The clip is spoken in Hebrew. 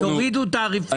תורידו תעריפים?